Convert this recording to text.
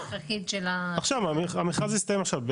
עכשיו, המכרז הסתיים עכשיו,